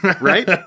Right